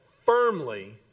firmly